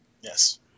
Yes